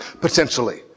potentially